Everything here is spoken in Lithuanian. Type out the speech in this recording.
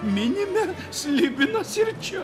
minime slibinas ir čia